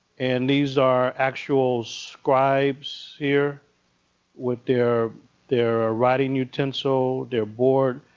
and these are actual scribes here with their their ah writing utensil, their board.